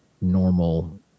normal